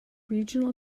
regional